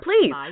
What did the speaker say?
Please